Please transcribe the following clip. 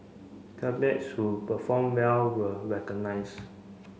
who performed well were recognised